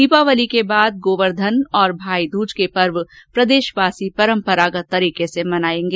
दीपावली के बाद गोवर्घन और भाईदूज के पर्व प्रदेशवासी परम्परागत रूप से मनायेंगे